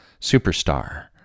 superstar